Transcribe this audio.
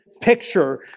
picture